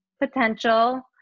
potential